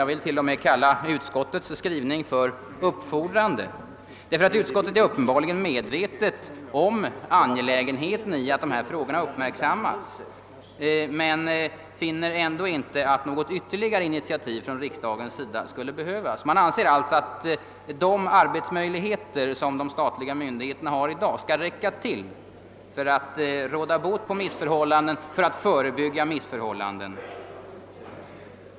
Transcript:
Jag vill till och med kalla utskottets skrivning uppfordrande, ty det är uppenbarligen medvetet om angelägenheten av att dessa frågor uppmärksammas. Det finner ändå inte att något ytterligare initiativ från riksdagen skulle behövas. De aktionsmöjligheter som de statliga myndigheterna har i dag skall tydligen räcka till för att råda bot på missförhållanden och för att förebygga missförhållanden.